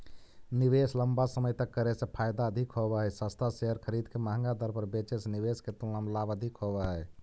निवेश लंबा समय तक करे से फायदा अधिक होव हई, सस्ता शेयर खरीद के महंगा दर पर बेचे से निवेश के तुलना में लाभ अधिक होव हई